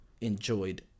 enjoyed